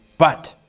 but,